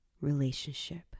relationship